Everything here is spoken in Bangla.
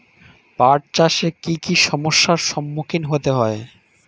পাঠ চাষে কী কী সমস্যার সম্মুখীন হতে হয়?